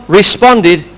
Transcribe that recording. responded